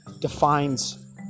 defines